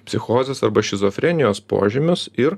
psichozės arba šizofrenijos požymius ir